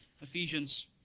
Ephesians